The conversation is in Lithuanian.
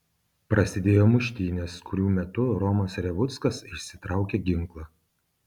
prasidėjo muštynės kurių metu romas revuckas išsitraukė ginklą